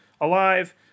alive